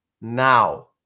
now